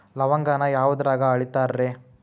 ಲವಂಗಾನ ಯಾವುದ್ರಾಗ ಅಳಿತಾರ್ ರೇ?